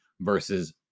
versus